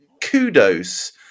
kudos